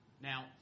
Now